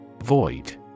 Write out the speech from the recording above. Void